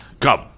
Come